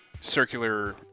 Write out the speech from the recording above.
circular